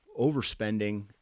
overspending